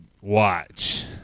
Watch